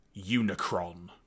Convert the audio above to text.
unicron